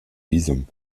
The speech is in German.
visum